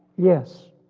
yes.